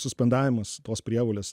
suspendavimas tos prievolės